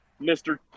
Mr